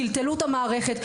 טלטלו את המערכת,